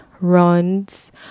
runs